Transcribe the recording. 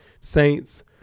Saints